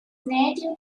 native